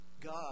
God